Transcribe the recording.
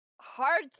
hard